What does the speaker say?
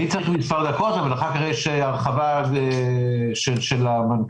אני צריך מספר דקות אבל אחר כך יש הרחבה של המנכ"לית.